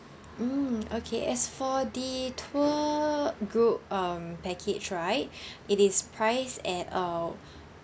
mm okay as for the tour group um package right it is priced at uh